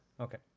okay